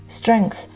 strength